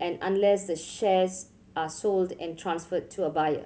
and unless the shares are sold and transferred to a buyer